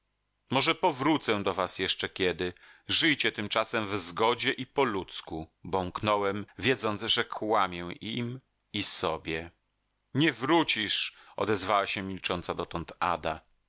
może powrócę do was jeszcze kiedy żyjcie tymczasem w zgodzie i po ludzku bąknąłem wiedząc że kłamię im i sobie nie wrócisz odezwała się milcząca dotąd ada